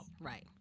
Right